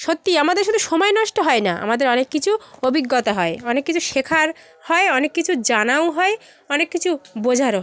সত্যি আমাদের শুধু সময় নষ্ট হয় না আমাদের অনেক কিছু অভিজ্ঞতা হয় অনেক কিছু শেখার হয় অনেক কিছু জানাও হয় অনেক কিছু বোঝারও